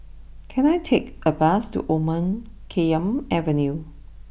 can I take a bus to Omar Khayyam Avenue